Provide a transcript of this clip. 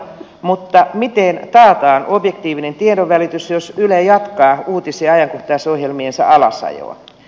mutta miten taataan objektiivinen tiedonvälitys jos yle jatkaa uutis ja ajankohtaisohjelmiensa alasajoa